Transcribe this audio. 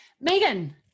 Megan